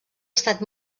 estat